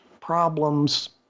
problems